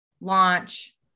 launch